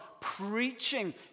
preaching